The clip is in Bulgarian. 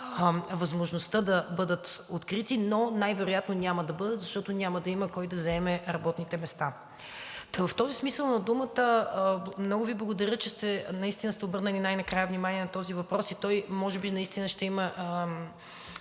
възможността да бъдат открити, но най-вероятно няма да бъдат, защото няма да има кой да заеме работните места. В този смисъл на думата много Ви благодаря, че наистина сте обърнали най-накрая внимание на този въпрос и той може би наистина ще има